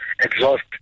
exhaust